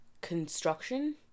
construction